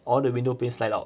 all the windows panes slide out